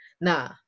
nah